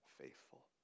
faithful